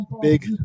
big